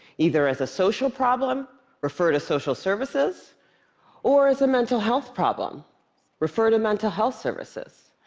either as a social problem refer to social services or as a mental health problem refer to mental health services.